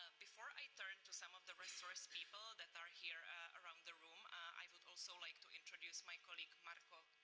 before i turn to some of the resource people that are here around the room, i would also like to introduce my colleague, marco,